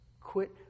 Quit